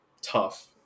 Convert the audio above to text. tough